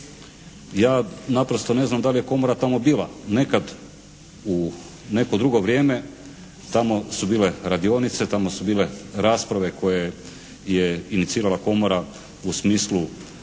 Ja naprosto ne znam da li je Komora tamo bila. Nekad u neko drugo vrijeme tamo su bile radionice, tamo su bile rasprave koje je inicirala Komora u smislu